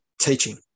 teaching